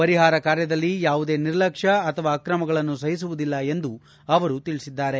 ಪರಿಹಾರ ಕಾರ್ಯದಲ್ಲಿ ಯಾವುದೇ ನಿರ್ಲಕ್ಷ್ಯ ಅಥವಾ ಅಕ್ರಮಗಳನ್ನು ಸಹಿಸುವುದಿಲ್ಲ ಎಂದು ಅವರು ತಿಳಿಸಿದ್ದಾರೆ